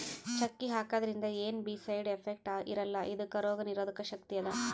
ಚಕ್ಕಿ ಹಾಕಿದ್ರಿಂದ ಏನ್ ಬೀ ಸೈಡ್ ಎಫೆಕ್ಟ್ಸ್ ಇರಲ್ಲಾ ಇದಕ್ಕ್ ರೋಗ್ ನಿರೋಧಕ್ ಶಕ್ತಿ ಅದಾ